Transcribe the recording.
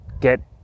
get